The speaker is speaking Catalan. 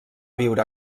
viure